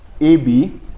AB